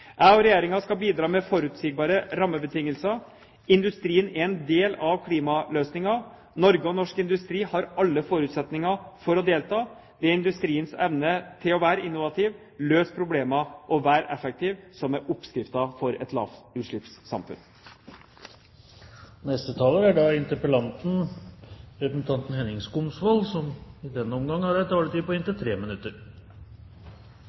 Jeg og Regjeringen skal bidra med forutsigbare rammebetingelser. Industrien er en del av klimaløsningen. Norge og norsk industri har alle forutsetninger for å delta. Det er industriens evne til å være innovativ, løse problemer og være effektiv som er oppskriften på et lavutslippssamfunn. Jeg takker statsråden for svaret. Det er klart at Regjeringens håndtering av den økonomiske situasjonen i